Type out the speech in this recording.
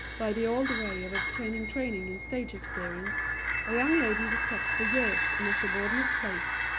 by the old way of obtaining training and stage experience a young lady was kept for years in a subordinate place,